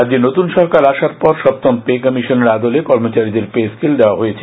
রাজ্যে নতুন সরকার আসার পর সপ্তম পে কমিশনের আদলে কর্মচারীদের পে স্কেল দেওয়া হয়েছে